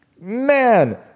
Man